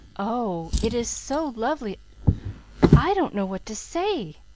oh, it is so lovely i don't know what to say!